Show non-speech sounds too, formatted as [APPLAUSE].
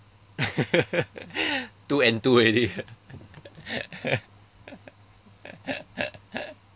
[LAUGHS] too enthu already [LAUGHS]